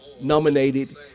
nominated